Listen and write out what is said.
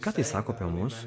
ką tai sako apie mus